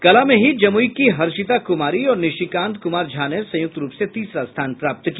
कला में ही जमुई की हर्षिता कुमारी और निशिकांत कुमार झा ने संयुक्त रूप से तीसरा स्थान प्राप्त किया